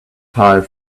tire